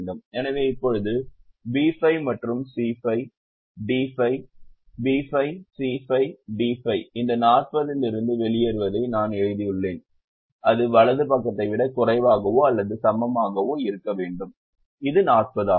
எனவே இப்போது B5 C5 D5 B5 C5 D5 இந்த 40 இல் இருந்து வெளியேறுவதை நான் எழுதியுள்ளேன் அது வலது பக்கத்தை விட குறைவாகவோ அல்லது சமமாகவோ இருக்க வேண்டும் இது 40 ஆகும்